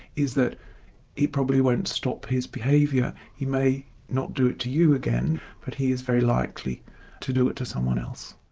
that he probably won't stop his behaviour. he may not do it to you again but he is very likely to do it to someone else.